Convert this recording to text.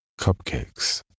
Cupcakes